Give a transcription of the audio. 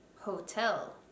hotel